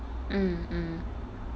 mm mm